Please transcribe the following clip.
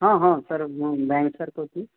ହଁ ହଁ ସାର୍ ମୁଁ ବ୍ୟାଙ୍କ ସାର୍ କହୁଥିଲି